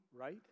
right